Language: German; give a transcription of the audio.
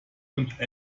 und